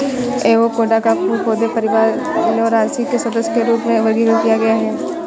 avocado को फूल पौधे परिवार लौरासी के सदस्य के रूप में वर्गीकृत किया गया है